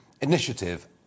initiative